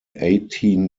eighteen